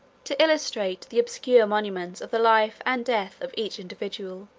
to illustrate the obscure monuments of the life and death of each individual,